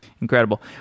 Incredible